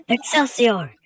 Excelsior